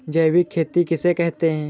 जैविक खेती किसे कहते हैं?